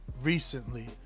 recently